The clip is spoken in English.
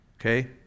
Okay